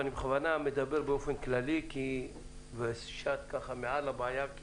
ואני מדבר באופן כללי מעל הבעיה כי